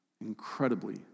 Incredibly